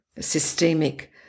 systemic